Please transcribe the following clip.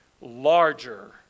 larger